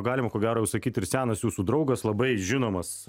galima ko gero jau sakyt ir senas jūsų draugas labai žinomas